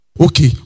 Okay